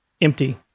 empty